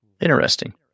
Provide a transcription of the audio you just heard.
Interesting